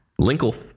Linkle